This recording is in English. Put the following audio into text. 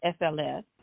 sls